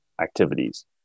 activities